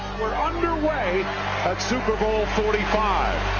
we're underway at super bowl forty five.